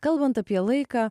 kalbant apie laiką